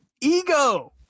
Ego